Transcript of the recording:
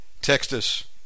Textus